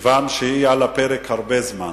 כיוון שהיא על הפרק הרבה זמן.